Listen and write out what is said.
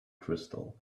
crystal